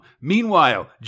Meanwhile